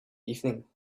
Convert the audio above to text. evening